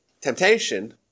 temptation